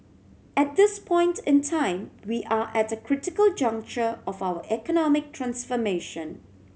at this point in time we are at a critical juncture of our economic transformation